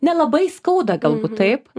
nelabai skauda galbūt taip